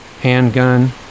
handgun